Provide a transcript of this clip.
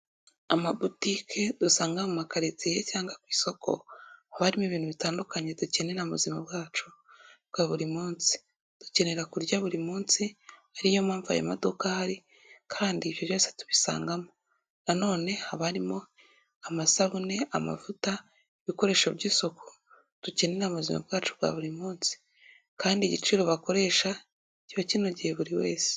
Amabotike dusanga mu makaritsiye cyangwa ku isoko, harimo ibintu bitandukanye dukenera mu buzima bwacu bwa buri munsi, dukenera kurya buri munsi ariyo mpamvu ayo maduka ahari kandi ibyo byose tubisangamo. Nanone haba harimo amasabune, amavuta, ibikoresho by'isuku dukeneyera mu buzima bwacu bwa buri munsi kandi igiciro bakoresha kiba kinogeye buri wese.